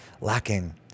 lacking